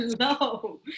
Hello